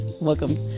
Welcome